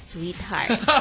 Sweetheart